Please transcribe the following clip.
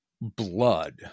Blood